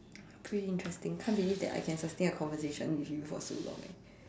pretty interesting I can't believe that I can sustain a conversation with you for so long eh